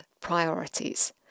priorities